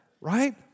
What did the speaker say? right